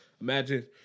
Imagine